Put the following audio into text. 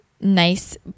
nice